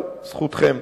אבל, זכותכם.